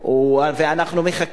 ואנחנו מחכים,